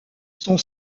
son